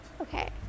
Okay